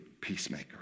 peacemaker